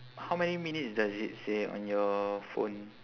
how many minutes does it say on your phone